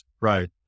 right